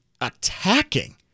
attacking